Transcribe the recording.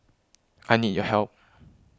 I need your help